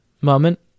moment